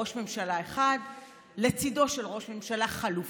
ראש ממשלה אחד לצידו של ראש ממשלה חלופי,